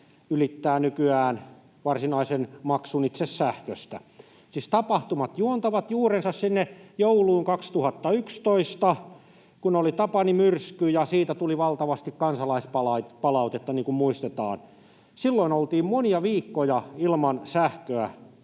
ylittää nykyään varsinaisen maksun itse sähköstä. Siis tapahtumat juontavat juurensa sinne jouluun 2011, kun oli Tapani-myrsky ja siitä tuli valtavasti kansalaispalautetta, niin kuin muistetaan. Silloin oltiin monia viikkoja ilman sähköä